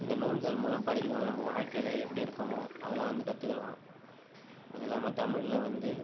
இந்த நூல்கள் மூலம் படிக்கும் நம் வாழ்க்கையில் எப்படி இருக்கோமோ அதலாம் வந்து கற்றுக்கலாம் அது இல்லாமல் தமிழில் வந்து